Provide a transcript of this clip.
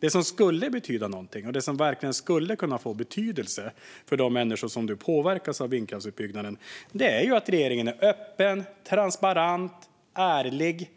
Det som verkligen skulle kunna få betydelse för de människor som nu påverkas av vindkraftsutbyggnaden är att regeringen är öppen, transparent och ärlig